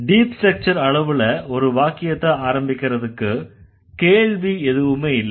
deep structure அளவுல ஒரு வாக்கியத்தை ஆரம்பிக்கறதுக்கு கேள்வி எதுவும் இல்லை